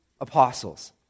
apostles